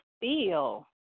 feel